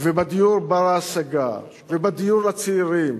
ובדיור בר-השגה ובדיור לצעירים